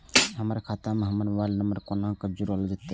हमर खाता मे हमर मोबाइल नम्बर कोना जोरल जेतै?